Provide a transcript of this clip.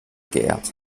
geehrt